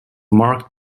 marked